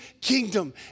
kingdom